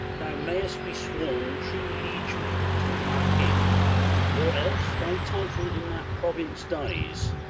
thou mayst be sworn true liegeman to our king or else thy title in that province dies,